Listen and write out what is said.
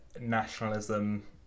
nationalism